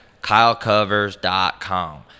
kylecovers.com